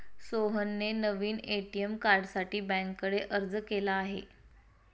सोहनने नवीन ए.टी.एम कार्डसाठी बँकेकडे अर्ज केला आहे